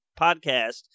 podcast